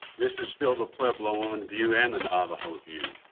this is still the puebloan view and the navajo view.